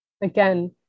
again